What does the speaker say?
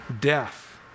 Death